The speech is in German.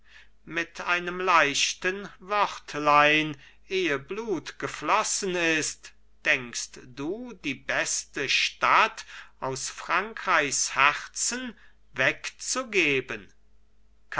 mit einem leichten wörtlein ehe blut geflossen ist denkst du die beste stadt aus frankreichs herzen wegzugeben